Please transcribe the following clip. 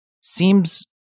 seems